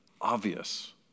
obvious